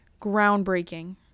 groundbreaking